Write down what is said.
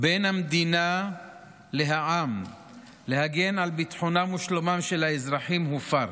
בין המדינה לעם להגן על ביטחונם ושלומם של האזרחים הופרה.